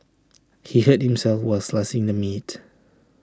he hurt himself while slicing the meat